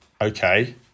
Okay